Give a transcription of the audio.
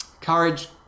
courage